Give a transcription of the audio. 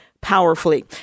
powerfully